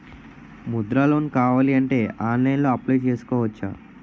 Mudra loan కావాలి అంటే ఆన్లైన్లో అప్లయ్ చేసుకోవచ్చా?